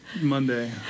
Monday